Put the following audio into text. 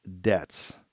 debts